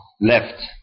left